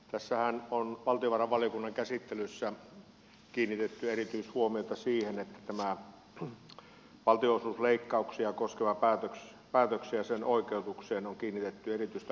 tässähän on valtiovarainvaliokunnan käsittelyssä kiinnitetty erityishuomiota tähän valtionosuusleikkauksia koskevaan päätökseen ja sen oikeutukseen on kiinnitetty erityistä